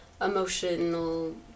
emotional